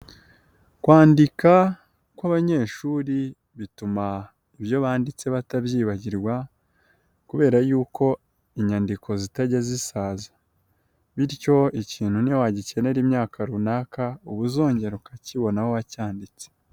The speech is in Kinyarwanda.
Kwandika kw'abanyeshuri bituma ibyo banditse batabyibagirwa kubera yuko inyandiko zitajya zisaza, bityo ikintu niyowagikenera imyaka runaka, uba uzongera ukakibona aho wacyanditse.